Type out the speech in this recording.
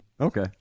Okay